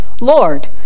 Lord